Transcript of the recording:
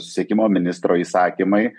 susisiekimo ministro įsakymai